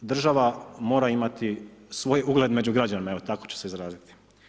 Država mora imati svoj ugled među građanima, evo tako ću se izraziti.